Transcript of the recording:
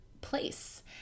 place